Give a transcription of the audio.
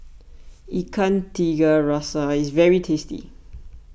Ikan Tiga Rasa is very tasty